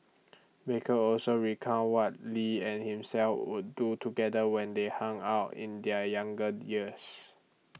baker also recounted what lee and himself would do together when they hung out in their younger years